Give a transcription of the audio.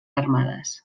armades